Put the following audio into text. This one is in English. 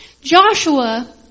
Joshua